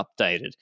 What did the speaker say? updated